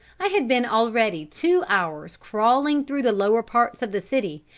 i had been already two hours crawling through the lower parts of the city,